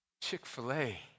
chick-fil-a